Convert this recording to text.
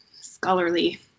scholarly